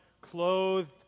clothed